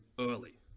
early